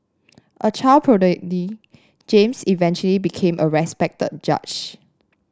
a child James eventually became a respected judge